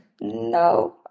no